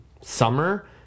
summer